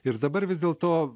ir dabar vis dėlto